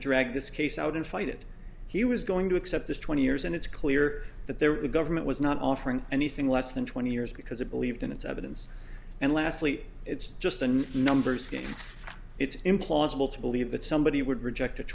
drag this case out and fight it he was going to accept this twenty years and it's clear that they were the government was not offering anything less than twenty years because it believed in its evidence and lastly it's just a numbers game it's implausible to believe that somebody would reject